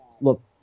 look